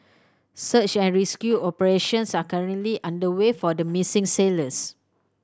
search and rescue operations are currently underway for the missing sailors